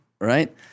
right